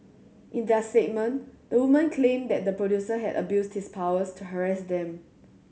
in their statement the woman claim that the producer had abused his powers to harass them